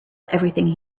everything